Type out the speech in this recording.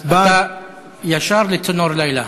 אז אתה ישר ל"צינור לילה".